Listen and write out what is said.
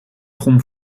gom